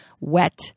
wet